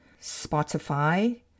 Spotify